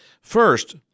First